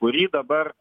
kurį dabar